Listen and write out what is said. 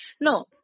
no